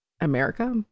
america